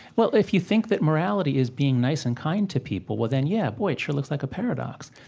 well, if you think that morality is being nice and kind to people, well, then, yeah, boy, it sure looks like a paradox.